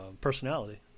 personality